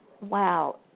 Wow